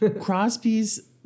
Crosby's